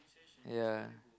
ya